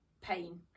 pain